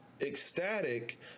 ecstatic